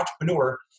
entrepreneur